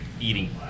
eating